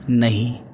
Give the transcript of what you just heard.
नहीं